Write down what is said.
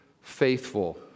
faithful